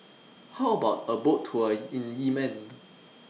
How about A Boat Tour in Yemen